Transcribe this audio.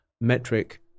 metric